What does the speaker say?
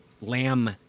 lamb